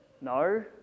No